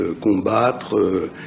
combattre